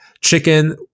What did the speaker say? Chicken